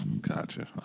Gotcha